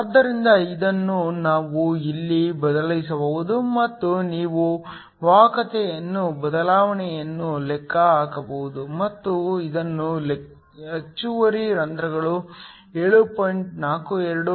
ಆದ್ದರಿಂದ ಇದನ್ನು ನಾವು ಇಲ್ಲಿ ಬದಲಿಸಬಹುದು ಮತ್ತು ನೀವು ವಾಹಕತೆಯ ಬದಲಾವಣೆಯನ್ನು ಲೆಕ್ಕ ಹಾಕಬಹುದು ಮತ್ತು ಇದನ್ನು ಹೆಚ್ಚುವರಿ ರಂಧ್ರಗಳು 7